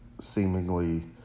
seemingly